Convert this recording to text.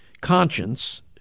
conscience